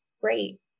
great